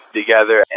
together